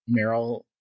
Meryl